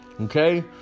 Okay